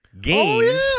games